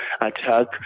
attack